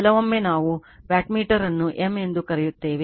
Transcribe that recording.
ಕೆಲವೊಮ್ಮೆ ನಾವು ವಾಟ್ಮೀಟರ್ ಅನ್ನು m ಎಂದು ಕರೆಯುತ್ತೇವೆ